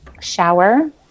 shower